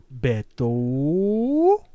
Beto